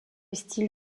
style